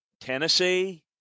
Tennessee